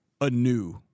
anew